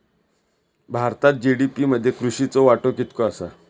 भारतात जी.डी.पी मध्ये कृषीचो वाटो कितको आसा?